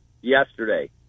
Yesterday